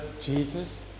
Jesus